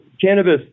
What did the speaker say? cannabis